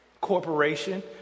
Corporation